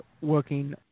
working